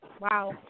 Wow